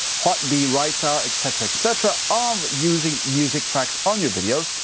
what the rights are, etc, etc of using music tracks on your videos,